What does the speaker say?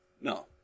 No